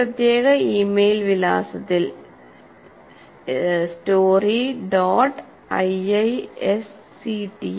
ഈ പ്രത്യേക ഇമെയിൽ വിലാസത്തിൽ story